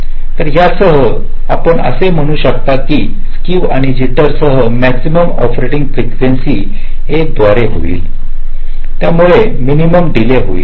तर यासह आपण असे म्हणू शकता की स्क्क्यू आणि जिटर सह मॅक्सिमम ऑपरेटिंग फ्रीकेंसी 1 याद्वारे होईल यामुळे मिनिमम डीले होईल